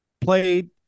played